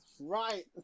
Right